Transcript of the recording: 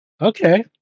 Okay